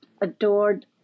adored